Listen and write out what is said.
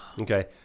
Okay